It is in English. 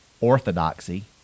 orthodoxy